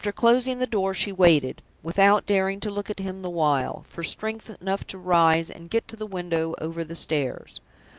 after closing the door, she waited, without daring to look at him the while, for strength enough to rise and get to the window over the stairs.